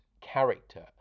character